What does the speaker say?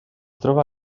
troba